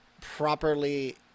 properly